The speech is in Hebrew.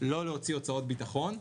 לא להוציא הוצאות ביטחון,